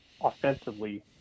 offensively